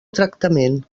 tractament